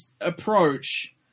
approach